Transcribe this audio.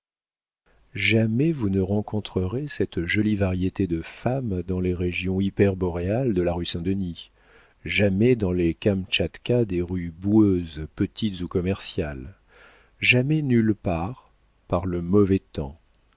jamais vous ne rencontrerez cette jolie variété de femme dans les régions hyperboréales de la rue saint-denis jamais dans les kamtschatka des rues boueuses petites ou commerciales jamais nulle part par le mauvais temps